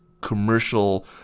commercial